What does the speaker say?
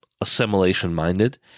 assimilation-minded